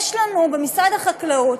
יש במשרד החקלאות,